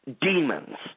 demons